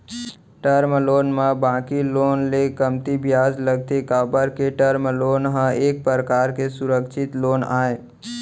term loan म बाकी loan ले कमती बियाज लगथे काबर के टर्म लोन ह एक परकार के सुरक्छित लोन आय